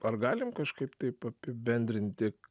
ar galim kažkaip taip apibendrinti